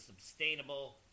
sustainable